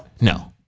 No